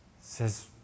Says